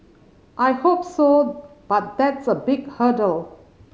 I hope so but that's a big hurdle